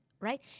right